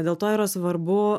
dėl to yra svarbu